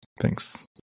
Thanks